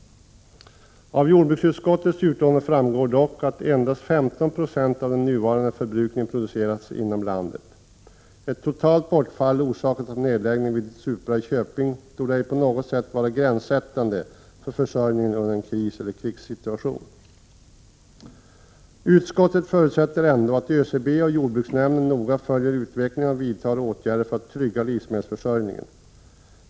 Av jordbruksutskottets utlåtande framgår dock att endast 15 26 av den nuvarande förbrukningen produceras inom landet. Ett totalt bortfall orsakat av nedläggningen vid Supra i Köping torde ej på något sätt vara gränssättande för försörjningen under en kris eller i en krigssituation. Utskottet förutsätter ändå att ÖCB och jordbruksnämnden noga följer utvecklingen och vidtar åtgärder för att trygga livsmedelsförsörjningen.